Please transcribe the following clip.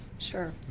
Sure